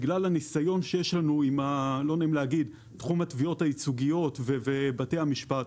בגלל הניסיון שיש לנו עם תחום התביעות הייצוגיות ובתי המשפט,